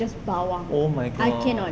oh my god